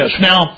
Now